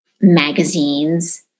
magazines